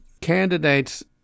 candidates